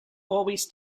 always